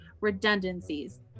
redundancies